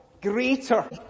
greater